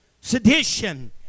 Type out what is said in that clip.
sedition